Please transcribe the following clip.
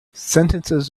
sentences